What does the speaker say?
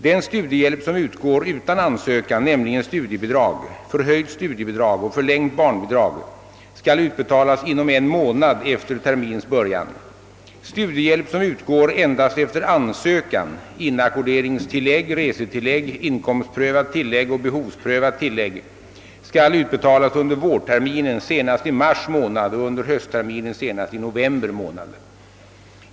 Den studiehjälp som utgår utan ansökan, nämligen studiebidrag, förhöjt studiebidrag och förlängt barnbidrag, skall utbetalas inom en månad efter termins början. Studiehjälp som utgår endast efter ansökan, inackorderingstillägg, resetillägg, inkomstprövat tillägg och behovsprövat tillägg, skall utbetalas under vårterminen senast i mars månad och under höstterminen senast i november månad.